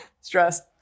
Stressed